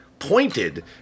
Pointed